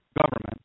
government